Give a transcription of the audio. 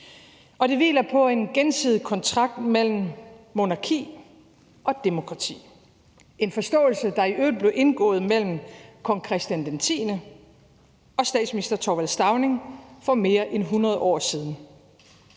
og det hviler på en gensidig kontrakt mellem monarki og demokrati – en forståelse, der i øvrigt blev indgået mellem Kong Christian X og statsminister Thorvald Stauning for mere end hundrede år siden.